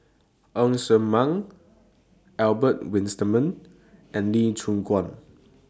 Ng Ser Miang Albert Winsemius and Lee Choon Guan